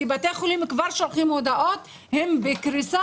כי בתי החולים כבר שולחים הודעות הם בקריסה,